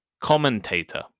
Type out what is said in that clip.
Commentator